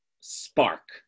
spark